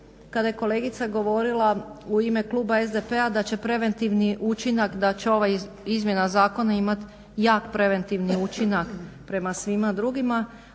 kada je kolegica govorila u ime kluba SDP-a da će preventivni učinak, da će ova izmjena zakona imati jak preventivni učinak prema svima drugima,